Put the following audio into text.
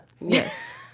Yes